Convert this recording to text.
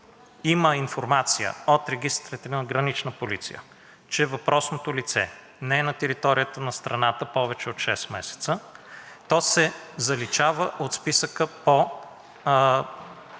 има информация от регистрите на Гранична полиция, че въпросното лице не е на територията на страната повече от шест месеца, то се заличава от списъка по